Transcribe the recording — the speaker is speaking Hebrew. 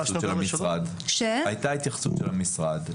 היתה התייחסות של המשרד,